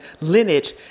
lineage